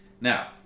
Now